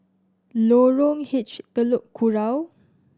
Lorong H Telok Kurau